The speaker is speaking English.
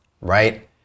Right